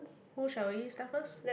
who shall we start first